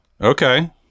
okay